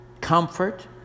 comfort